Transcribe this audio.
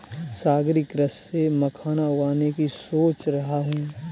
सागरीय कृषि से मखाना उगाने की सोच रहा हूं